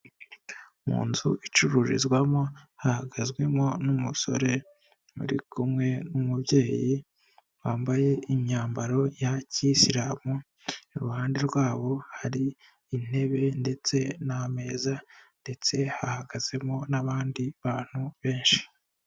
Mu nzu icururizwamo hahagazwemo n'umusore uri kumwe n'umubyeyi wambaye imyambaro ya kiyisilamu iruhande rwabo hari intebe ndetse n'ameza ndetse hahagazemo n'abandi bantu benshi.